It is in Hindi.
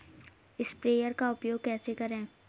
स्प्रेयर का उपयोग कैसे करें?